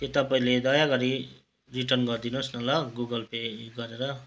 त्यो तपाईँले दया गरी रिटर्न गरिदिनुहोस् न ल गुगल पे गरेर